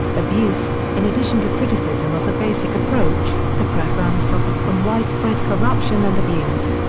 abuse in addition to criticism of the basic approach, the programme suffered from widespread corruption and abuse.